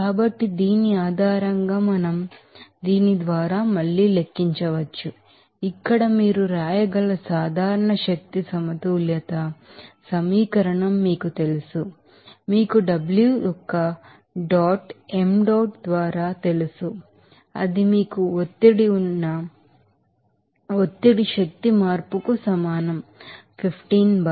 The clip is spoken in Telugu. కాబట్టి దీని ఆధారంగా మనం దీని ద్వారా మళ్లీ లెక్కించవచ్చు ఇక్కడ మీరు రాయగల జనరల్ ఎనర్జీ బాలన్స్ ఈక్వేషన్ మీకు తెలుసు మీకు డబ్ల్యు యొక్క డాట్ ఎం డాట్ ద్వారా తెలుసు అది మీకు ఒత్తిడి ఉన్నప్రెషర్ ఎనర్జీ చేంజ్ కు సమానం 15 బార్